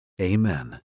amen